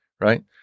right